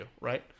right